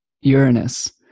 Uranus